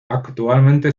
actualmente